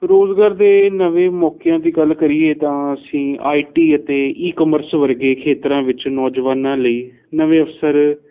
ਰੁਜ਼ਗਾਰ ਦੇ ਨਵੇਂ ਮੌਕਿਆਂ ਦੀ ਗੱਲ ਕਰੀਏ ਤਾਂ ਅਸੀਂ ਆਈ ਟੀ ਅਤੇ ਈਕੋਮਰਸ ਵਰਗੇ ਖੇਤਰਾਂ ਵਿੱਚ ਨੌਜਵਾਨਾਂ ਲਈ ਨਵੇਂ ਅਵਸਰ